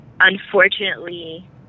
unfortunately